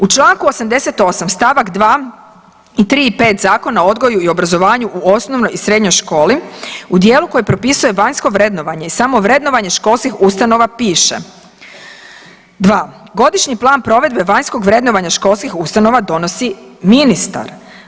U čl. 88. st. 2. i 3. i 5. Zakona o odgoju i obrazovanju u osnovnoj i srednjoj školi u dijelu koji propisuje vanjsko vrednovanje i samovrednovanje školskih ustanova piše, dva, godišnji plan provedbe vanjskog vrednovanja školskih ustanova donosi ministar.